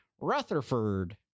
Rutherford